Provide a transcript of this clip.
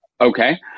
Okay